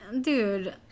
dude